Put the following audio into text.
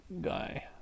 guy